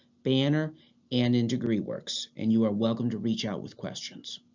banner and in degreeworks and you are welcome to reach out with questions